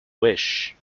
wish